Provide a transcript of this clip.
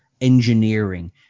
engineering